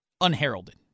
unheralded